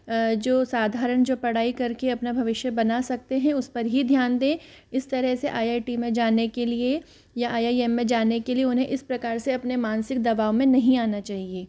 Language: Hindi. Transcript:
जो साधारण जो पढाई करके अपना भविष्य बना सकते हैं उस पर ही ध्यान दें इस तरह से आई आई टी में जाने के लिए या आई आई एम में जाने के लिए उन्हें इस प्रकार से अपने मानसिक दबाव में नहीं आना चाहिए